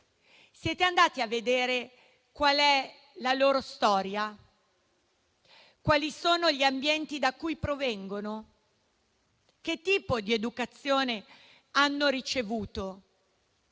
Siete andati a vedere qual è la loro storia? Quali sono gli ambienti da cui provengono? Che tipo di educazione hanno ricevuto?